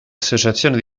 associazioni